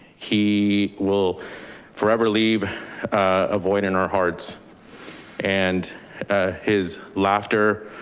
he will forever leave a void in our hearts and his laughter,